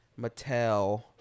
Mattel